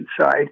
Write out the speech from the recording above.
side